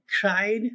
cried